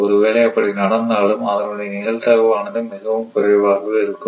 ஒருவேளை அப்படி நடந்தாலும் அதனுடைய நிகழ்தகவு ஆனது மிகவும் குறைவாகவே இருக்கும்